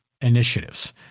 initiatives